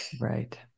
Right